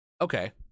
Okay